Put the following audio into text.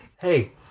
Hey